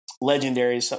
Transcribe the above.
legendary